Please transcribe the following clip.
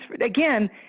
again